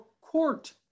court